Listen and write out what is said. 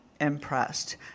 impressed